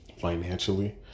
financially